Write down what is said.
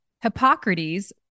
Hippocrates